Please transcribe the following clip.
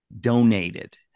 donated